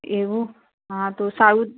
એવું હા તો સારું